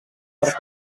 per